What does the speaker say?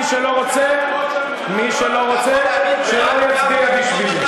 מי שלא רוצה, מי שלא רוצה, שלא יצביע בשבילי.